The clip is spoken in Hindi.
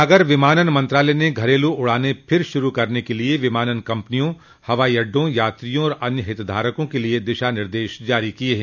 नागर विमानन मंत्रालय ने घरेलू उड़ाने फिर शुरू करने के लिए विमानन कंपनियों हवाई अड्डों यात्रियों और अन्य हितधारकों के लिए दिशा निर्देश जारी किए हैं